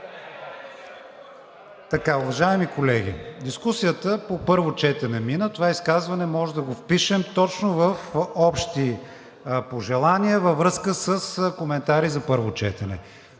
Уважаеми колеги, дискусията по първо четене мина. Това изказване може да го впишем точно в общи пожелания във връзка с коментари за първо четене.